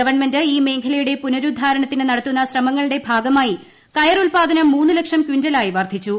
government ഇൌ മേഖലയുടെ പുനരുദ്ധാരണത്തിന് നിട്ടത്തുന്ന ശ്രമങ്ങളുടെ ഭാഗമായി കയർ ഉല്പാദനം മൂന്ന് ലക്ഷം ക്കിന്റൽ ആയി വർദ്ധിച്ചു